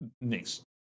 next